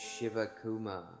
Shivakuma